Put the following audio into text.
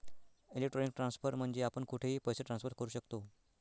electronic transfer म्हणजे आपण कुठेही पैसे ट्रान्सफर करू शकतो